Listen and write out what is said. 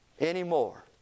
Anymore